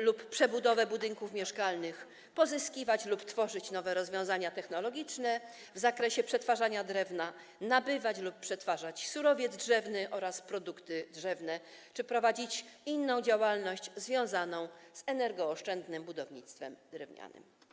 lub przebudowę budynków mieszkalnych, pozyskiwać lub tworzyć nowe rozwiązania technologiczne w zakresie przetwarzania drewna, nabywać lub przetwarzać surowiec drzewny oraz produkty drzewne czy prowadzić inną działalność związaną z energooszczędnym budownictwem drewnianym.